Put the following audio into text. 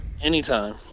anytime